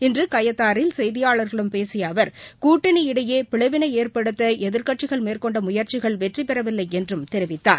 இன்று கயத்தாறில் செய்தியாளர்களிடம் பேசிய அவர் கூட்டணி இடையே பிளவினை ஏற்படுத்த எதிர்க்கட்சிகள் மேற்கொண்ட முயற்சிகள் வெற்றி பெறவில்லை என்றும் தெரிவித்தார்